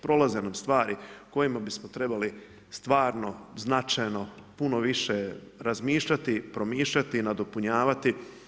Prolaze nam stvari kojima bismo trebali stvarno, značajno, puno više razmišljati, promišljati i nadopunjavati.